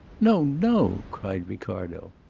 no, no, cried ricardo.